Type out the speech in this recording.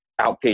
outpatient